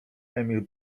emil